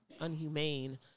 unhumane